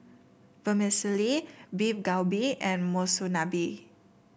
Vermicelli Beef Galbi and Monsunabe